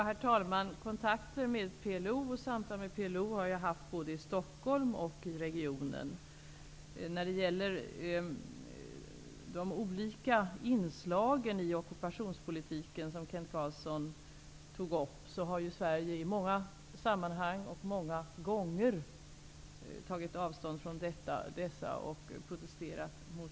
Herr talman! Jag har haft kontakter och samtal med PLO både i Stockholm och i regionen. När det gäller de olika inslagen i ockupationspolitiken som Kent Carlsson tog upp har Sverige i många sammanhang och många gånger tagit avstånd och protesterat.